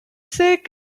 sick